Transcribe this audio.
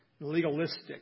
legalistic